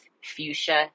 fuchsia